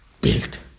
built